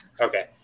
Okay